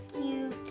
cute